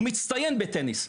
הוא מצטיין בטניס,